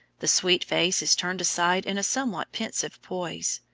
the sweet face is turned aside in a somewhat pensive poise,